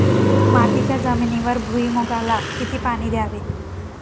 मातीच्या जमिनीवर भुईमूगाला किती पाणी द्यावे?